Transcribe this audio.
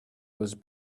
was